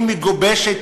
היא מגובשת,